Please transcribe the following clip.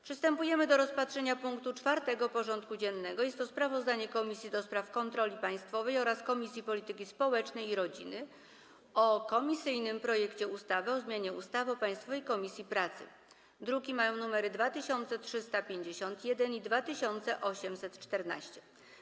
Przystępujemy do rozpatrzenia punktu 4. porządku dziennego: Sprawozdanie Komisji do Spraw Kontroli Państwowej oraz Komisji Polityki Społecznej i Rodziny o komisyjnym projekcie ustawy o zmianie ustawy o Państwowej Inspekcji Pracy (druki nr 2351 i 2814)